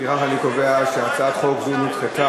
לפיכך אני קובע שהצעת חוק זו נדחתה.